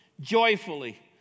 joyfully